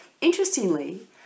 Interestingly